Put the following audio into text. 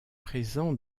présent